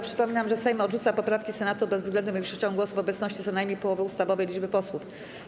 Przypominam, że Sejm odrzuca poprawki Senatu bezwzględną większością głosów w obecności co najmniej połowy ustawowej liczby posłów.